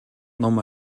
ном